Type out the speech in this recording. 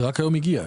זה רק היום הגיע.